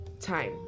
time